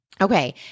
Okay